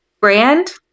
Brand